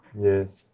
Yes